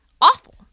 awful